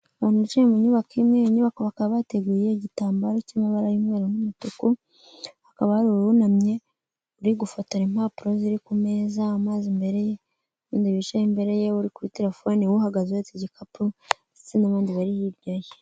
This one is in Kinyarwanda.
Abantu bicaye mu nyubako imwe. Iyi nyubako bakaba bateguye igitambaro cy'amabara y'umweru n'umutuku, hakaba hari uwunamye urigufotora impapuro ziri ku meza, amazi imbere ye, abandi bicaye imbere ye, uri kuri telefone, uhagaze uhetse igikapu ndetse n'abandi bari hirya ye.